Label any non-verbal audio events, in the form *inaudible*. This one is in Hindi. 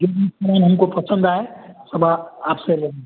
जो भी *unintelligible* हमको पसंद आए सब आप आपसे लेंगे